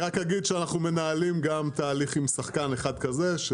אנחנו מנהלים תהליך עם שחקן אחד כזה.